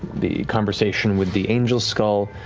the conversation with the angel skull,